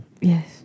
Yes